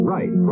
Right